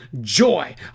joy